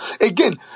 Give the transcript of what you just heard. Again